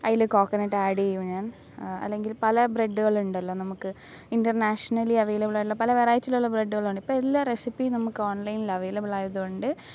അതിൽ coconut add ചെയ്യും ഞാൻ അല്ലെങ്കിൽ പല ബ്രെഡ്കള്ണ്ടല്ലൊ നമുക്ക് ഇൻ്റെർനാഷ്ണലീ അവൈലബ്ളായിട്ടുള്ള പല വെറൈറ്റിലുള്ള ബ്രെഡുകളുണ്ട് ഇപ്പെല്ലാം റെസിപ്പീ നമുക്കോൺലൈൻൽ അവൈലബ്ളായത് കൊണ്ട്